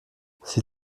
sie